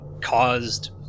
caused